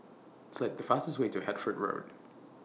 Select The fastest Way to Hertford Road